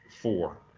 four